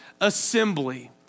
assembly